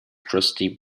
crusty